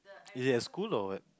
is it at school or what